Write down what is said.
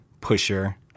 pusher